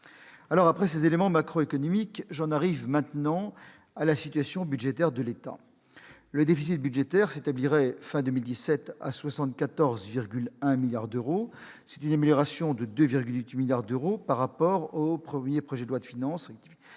2018. Après ces éléments macroéconomiques, j'en arrive à la situation budgétaire de l'État. Le déficit budgétaire s'établirait fin 2017 à 74,1 milliards d'euros, soit une amélioration de 2,8 milliards d'euros par rapport au premier projet de loi de finances rectificative,